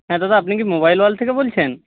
হ্যাঁ দাদা আপনি কি মোবাইল ওয়ার্ল্ড থেকে বলছেন